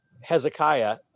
Hezekiah